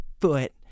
foot